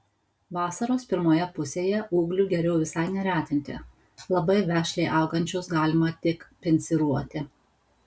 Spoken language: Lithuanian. vasaros pirmoje pusėje ūglių geriau visai neretinti labai vešliai augančius galima tik pinciruoti